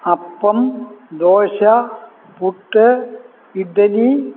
അപ്പം ദോശ പുട്ട് ഇഡ്ഡലി